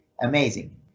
amazing